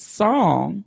song